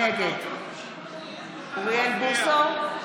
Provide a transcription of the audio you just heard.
נגד אוריאל בוסו,